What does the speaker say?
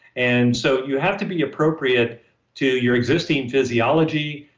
and so, you have to be appropriate to your existing physiology,